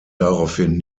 daraufhin